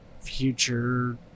future